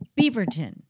Beaverton